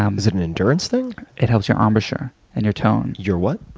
um is it an endurance thing? it helps your ah embouchure and your tone. your what?